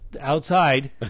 outside